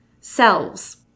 selves